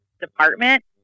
department